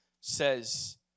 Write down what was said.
says